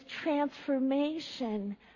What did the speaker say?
transformation